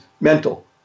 mental